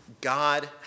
God